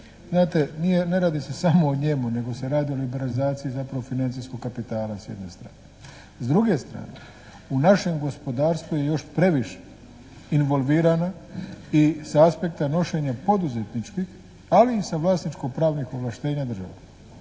znate ne radi se samo o njemu nego se radi o liberalizaciji zapravo financijskog kapitala s jedne strane. S druge strane u našem gospodarstvu je još previše involvirana i sa aspekta nošenja poduzetničkih, ali i sa vlasničko-pravnih ovlaštenja država